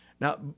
Now